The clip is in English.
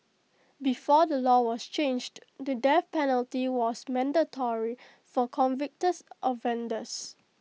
before the law was changed the death penalty was mandatory for convicted offenders